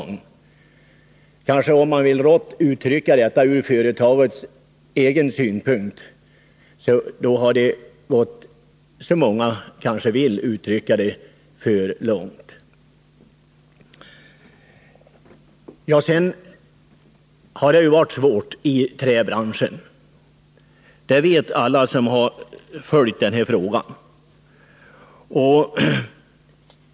Om man skall uttrycka det rått och se det strängt från företagets synpunkt — och det kanske många vill göra — har Vänerskog t.o.m. gått väl långt. Att det har varit svårt i träbranschen vet alla som har följt den här frågan.